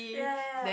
ya ya ya